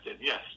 Yes